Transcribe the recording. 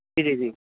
جی جی جی